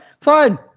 Fine